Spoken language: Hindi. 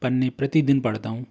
पन्ने प्रतिदिन पढ़ता हूँ